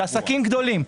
שעסקים גדולים,